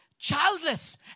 childless